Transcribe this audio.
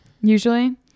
usually